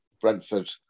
Brentford